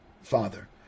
father